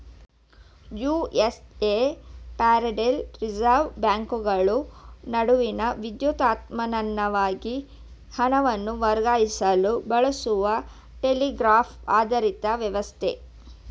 USA federal reserve ಬ್ಯಾಂಕ್ಗಳು ನಡುವೆ ವಿದ್ಯುನ್ಮಾನವಾಗಿ ಹಣವನ್ನು ವರ್ಗಾಯಿಸಲು ಬಳಸುವ ಟೆಲಿಗ್ರಾಫ್ ಆಧಾರಿತ ವ್ಯವಸ್ಥೆ